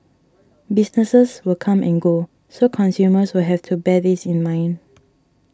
businesses will come and go so consumers will have to bear this in mind